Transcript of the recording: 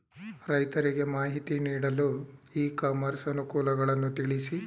ರೈತರಿಗೆ ಮಾಹಿತಿ ನೀಡಲು ಇ ಕಾಮರ್ಸ್ ಅನುಕೂಲಗಳನ್ನು ತಿಳಿಸಿ?